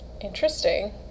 Interesting